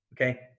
Okay